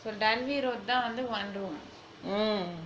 so dalvey road தான் வந்து:thaan vanthu one room